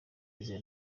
izihe